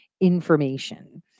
information